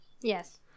Yes